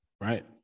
right